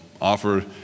offer